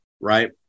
Right